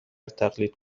تقلید